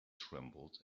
trembled